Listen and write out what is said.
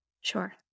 Sure